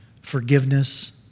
forgiveness